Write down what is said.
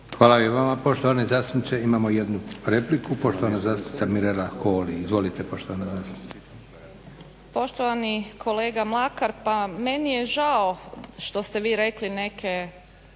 Hvala i vama poštovani zastupniče. Imamo jednu repliku, poštovana zastupnica Mirela Holy. Izvolite poštovana zastupnice.